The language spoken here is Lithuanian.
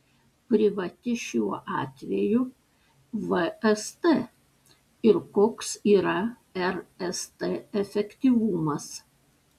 privati šiuo atveju vst ir koks yra rst efektyvumas